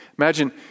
Imagine